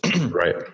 right